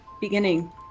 beginning